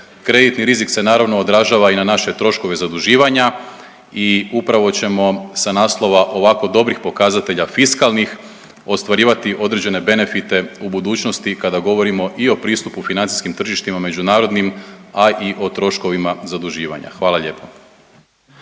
Kreditni rizik se naravno odražava i naše troškove zaduživanja i upravo ćemo sa naslova ovako dobrih pokazatelja fiskalnih ostvarivati određene benefite u budućnosti kada govorimo i o pristupu financijskim tržištima međunarodnim, a i o troškovima zaduživanja. Hvala lijepa.